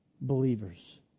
believers